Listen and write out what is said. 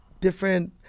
different